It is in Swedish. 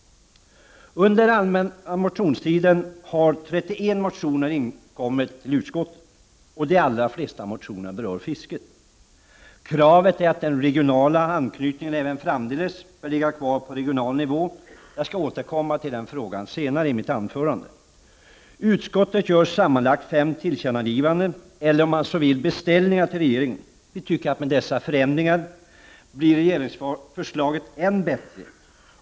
Under den allmänna motionstiden inkom 31 motioner till utskottet. De allra flesta motionerna berör fisket. Kravet är att den regionala anknytningen även framdeles bör ligga på regional nivå. Jag skall återkomma till den frågan senare i mitt anförande. Utskottet gör sammanlagt fem tillkännagivanden — eller, om man så vill, beställningar — till regeringen. Vi tycker att regeringsförslaget med dessa förändringar blir än bättre.